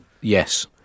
Yes